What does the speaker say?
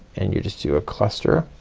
and you just do a cluster.